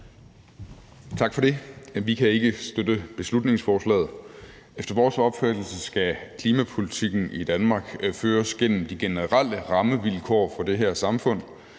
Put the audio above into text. Tak for det. Vi kan ikke støtte beslutningsforslaget. Efter vores opfattelse skal klimapolitikken i Danmark føres gennem de generelle rammevilkår for det her samfund,